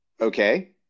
Okay